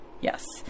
Yes